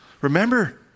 Remember